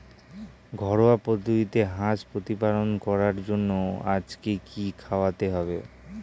ঘরোয়া পদ্ধতিতে হাঁস প্রতিপালন করার জন্য আজকে কি খাওয়াতে হবে?